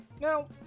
Now